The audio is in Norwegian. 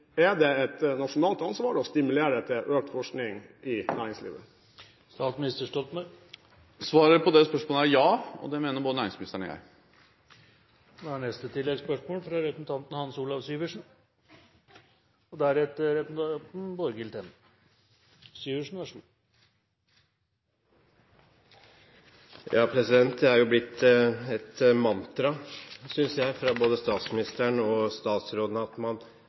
Er det et nasjonalt ansvar å stimulere til økt forskning i næringslivet? Svaret på det spørsmålet er ja. Det mener både næringsministeren og jeg. Hans Olav Syversen – til oppfølgingsspørsmål. Det er blitt et mantra, synes jeg, fra både statsministeren og statsråden at man er ikke fornøyd. Det er vel et slags uttrykk for at man fortsatt har en jobb å gjøre, og at man